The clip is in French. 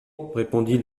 répondit